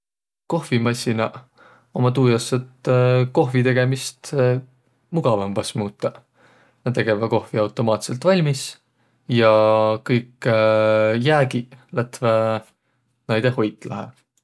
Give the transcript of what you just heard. Kohvimassinaq ummaq tuu jaos, et kohvitegemist mugavambas muutaq. Näq tegeväq kohvi automaatsõlt valmis ja kõik jäägiq lätväq näide hoitlahõ.